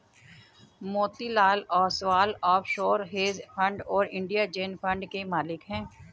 Motilal Oswal offshore hedge fund और India zen fund के मालिक हैं